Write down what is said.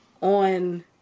on